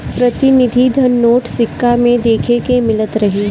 प्रतिनिधि धन नोट, सिक्का में देखे के मिलत रहे